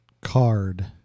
card